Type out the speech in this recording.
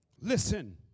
Listen